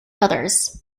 others